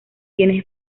tiene